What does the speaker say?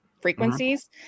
frequencies